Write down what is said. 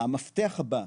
מהפתח הבא,